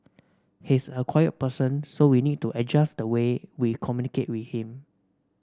he's a quiet person so we need to adjust the way we communicate with him